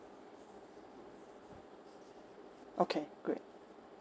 okay great